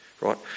right